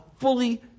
fully